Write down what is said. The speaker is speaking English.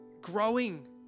Growing